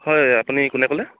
হয় আপুনি কোনে ক'লে